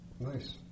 Nice